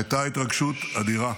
-- והייתה התרגשות אדירה.